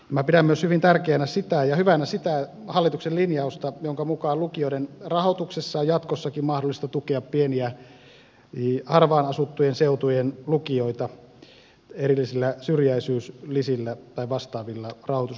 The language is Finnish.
minä pidän hyvin tärkeänä ja hyvänä myös sitä hallituksen linjausta jonka mukaan lukioiden rahoituksessa on jatkossakin mahdollista tukea pieniä harvaan asuttujen seutujen lukioita erillisillä syrjäisyyslisillä tai vastaavilla rahoitusmuodoilla